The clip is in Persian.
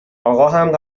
آقاهم